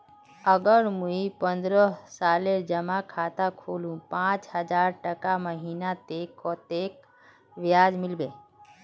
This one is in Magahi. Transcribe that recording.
अगर मुई पन्द्रोह सालेर जमा खाता खोलूम पाँच हजारटका महीना ते कतेक ब्याज मिलबे?